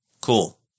cool